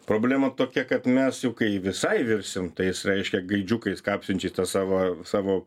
problema tokia kad mes juk kai visai virsim tais reiškia gaidžiukais kapsinčią tą savo savo